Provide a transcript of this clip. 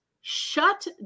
shut